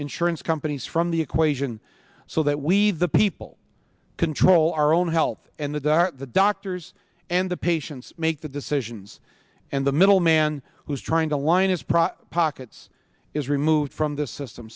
insurance companies from the equation so that we the people control our own health and the da the doctors and the patients make the decisions and the middleman who is trying to line its proper pockets is removed from the system